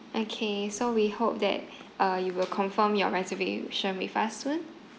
okay so we hope that uh you will confirm your reservation with us soon